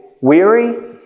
weary